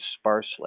sparsely